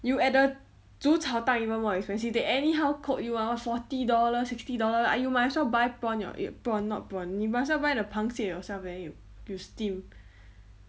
you at the 煮炒档 even more expensive they anyhow quote you [one] what forty dollar sixty dollar ah you might as well buy prawn your eh prawn not prawn 你 might as well buy the 螃蟹 yourself then you you steam